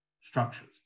structures